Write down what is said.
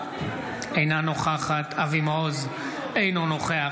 אינו נוכח אמיר אוחנה,